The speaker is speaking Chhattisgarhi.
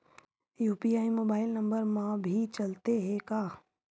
यू.पी.आई मोबाइल नंबर मा भी चलते हे का?